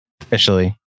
officially